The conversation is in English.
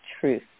truth